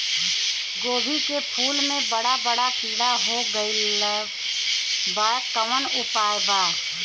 गोभी के फूल मे बड़ा बड़ा कीड़ा हो गइलबा कवन उपाय बा?